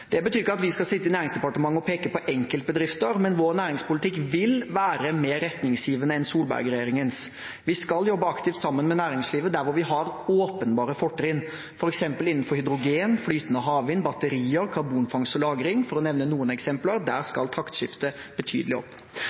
Det betyr ikke at vi skal sitte i Næringsdepartementet og peke på enkeltbedrifter, men vår næringspolitikk vil være mer retningsgivende enn Solberg-regjeringens. Vi skal jobbe aktivt sammen med næringslivet der vi har åpenbare fortrinn, f.eks. innenfor hydrogen, flytende havvind, batterier, karbonfangst og -lagring, for å nevne noen eksempler. Der skal taktskiftet betydelig opp.